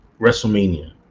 WrestleMania